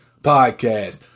Podcast